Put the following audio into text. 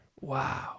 Wow